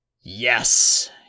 Yes